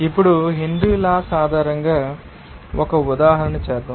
ఇప్పుడు Henry laws ఆధారంగా ఒక ఉదాహరణ చేద్దాం